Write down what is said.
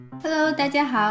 Hello,大家好